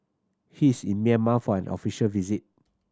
he is in Myanmar for an official visit